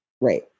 Right